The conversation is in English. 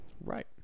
Right